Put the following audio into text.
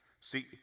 See